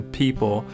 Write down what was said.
people